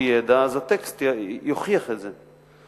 או ידע, אז הטקסט יוכיח את זה,